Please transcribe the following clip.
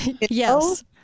Yes